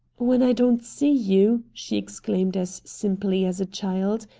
when i don't see you, she exclaimed as simply as a child,